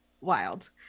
wild